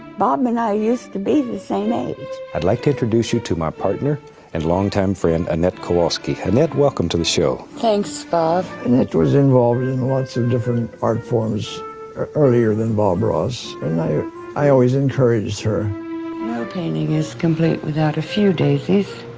bob and i used to be the same age. i'd like to introduce you to my partner and longtime friend, annette kowalski. annette, welcome to the show. thanks, bob. annette was involved in lots of different art forms earlier than bob ross. and i always encouraged her. no painting is complete without a few daisies.